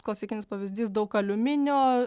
klasikinis pavyzdys daug aliuminio